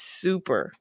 super